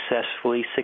successfully